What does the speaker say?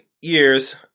years